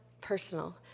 personal